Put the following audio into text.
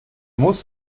muss